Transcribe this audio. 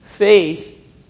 Faith